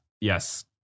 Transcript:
yes